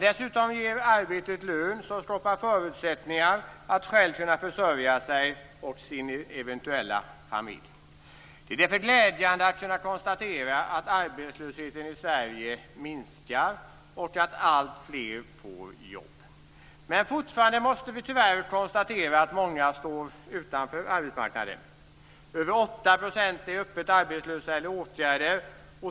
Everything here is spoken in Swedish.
Dessutom ger arbetet lön som skapar förutsättningar för att själv kunna försörja sig och sin eventuella familj. Det är glädjande att kunna konstatera att arbetslösheten i Sverige minskar och att alltfler får jobb. Men fortfarande måste vi tyvärr konstatera att många står utanför arbetsmarknaden. Över 8 % är öppet arbetslösa eller i åtgärder.